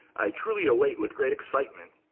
i truly await with great excitement.